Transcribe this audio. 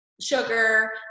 sugar